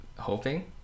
hoping